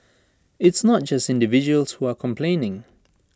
it's not just individuals who are complaining